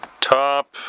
Top